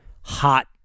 hot